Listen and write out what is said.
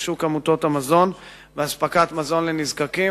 שוק עמותות המזון ואספקת המזון לנזקקים,